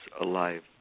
alive